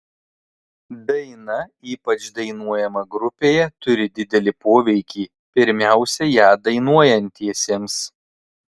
daina ypač dainuojama grupėje turi didelį poveikį pirmiausia ją dainuojantiesiems